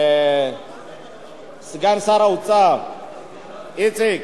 סגן שר האוצר איציק,